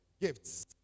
gifts